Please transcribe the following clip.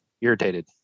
irritated